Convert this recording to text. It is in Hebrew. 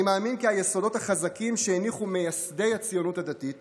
אני מאמין כי היסודות החזקים שהניחו מייסדי הציונות הדתית